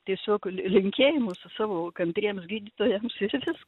tiesiog li linkėjimus savo kantriems gydytojams ir viska